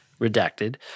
redacted